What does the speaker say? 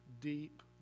deep